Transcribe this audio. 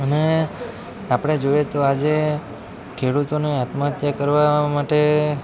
અને આપણે જોઈએ તો આજે ખેડૂતોને આત્મહત્યા કરવા માટે